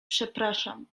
przepraszam